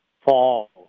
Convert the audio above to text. fall